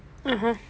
(uh huh)